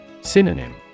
Synonym